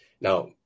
Now